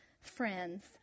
friends